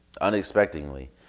unexpectedly